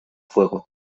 fuego